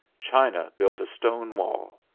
china built a stone wall,